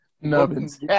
Nubbins